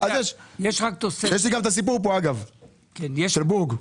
יש לי פה גם הסיפור פה של בורג.